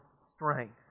strength